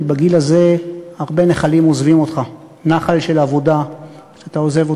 כי בגיל הזה הרבה נחלים עוזבים אותך: נחל של עבודה שאתה עוזב,